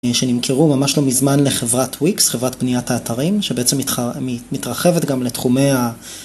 שנמכרו ממש לא מזמן לחברת וויקס, חברת בניית האתרים, שבעצם מתרחבת גם לתחומי ה...